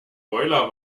boiler